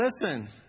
listen